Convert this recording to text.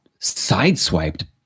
sideswiped